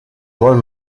wollen